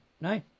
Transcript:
No